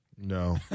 no